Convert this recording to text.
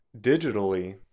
Digitally